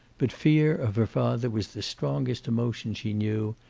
but fear of her father was the strongest emotion she knew,